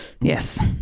Yes